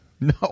No